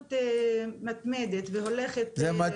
הישרדות מתמדת והולכת.